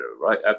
right